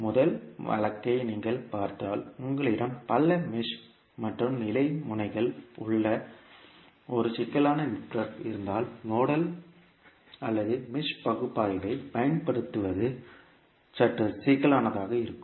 முதல் வழக்கை நீங்கள் பார்த்தால் உங்களிடம் பல மெஷ் மற்றும் நிலை முனைகள் உள்ள ஒரு சிக்கலான நெட்வொர்க் இருந்தால் நோடல் அல்லது மெஷ் பகுப்பாய்வைப் பயன்படுத்துவது சற்று சிக்கலானதாக இருக்கும்